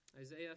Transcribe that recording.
Isaiah